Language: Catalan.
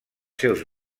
seus